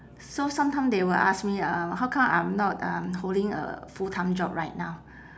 so sometime they will ask me uh how come I'm not um holding a full time job right now